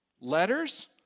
Letters